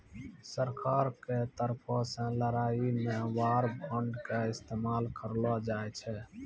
सरकारो के तरफो से लड़ाई मे वार बांड के इस्तेमाल करलो जाय छै